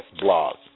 blog